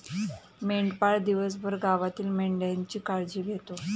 मेंढपाळ दिवसभर गावातील मेंढ्यांची काळजी घेतो